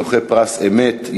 זוכה פרס אמ"ת,